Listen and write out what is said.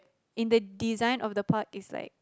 in the design of the park is like